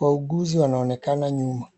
Wauguzi wanaonekana nyuma.